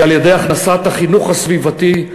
על-ידי הכנסת החינוך הסביבתי.